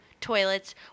toilets